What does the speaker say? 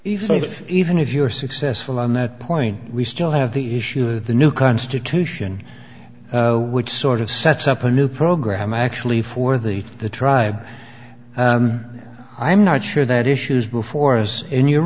if even if you're successful on that point we still have the issue with the new constitution which sort of sets up a new program actually for the the tribe i'm not sure that issues before us in you